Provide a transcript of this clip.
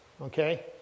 okay